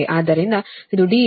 ಆದ್ದರಿಂದ ಇದು d 2 metre